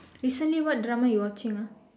recently what drama you're watching ah